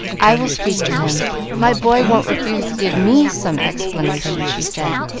i will speak to him my boy won't refuse to give me some explanation, she said,